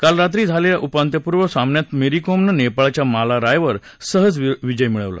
काल रात्री झालेल्या उपांत्यपूर्व सामन्यात मेरी कोमनं नेपाळच्या माला रायवर सहज विजय मिळवला